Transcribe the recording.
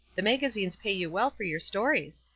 the magazines pay you well for your stories.